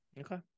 Okay